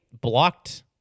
blocked